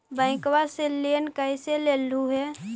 बैंकवा से लेन कैसे लेलहू हे?